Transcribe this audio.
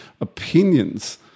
opinions